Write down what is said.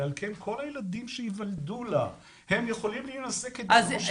ועל כן כל הילדים שיוולדו לה הם יכולים להינשא כדת משה בישראל.